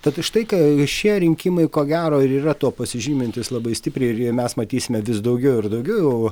tad štai ką šie rinkimai ko gero ir yra tuo pasižymintys labai stipriai mes matysime vis daugiau ir daugiau